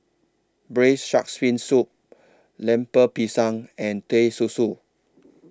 Braised Sharks Fin Soup Lemper Pisang and Teh Susu